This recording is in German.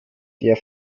der